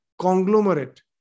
conglomerate